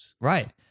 Right